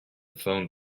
phone